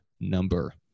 number